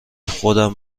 خودم